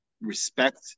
respect